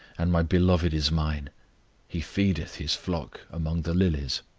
and my beloved is mine he feedeth his flock among the lilies.